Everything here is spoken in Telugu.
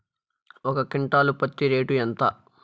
ఒక క్వింటాలు పత్తి రేటు ఎంత?